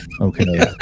okay